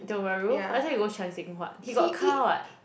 Tiong-Bahru I thought you go Chye-Seng-Huat he got car [what]